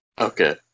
Okay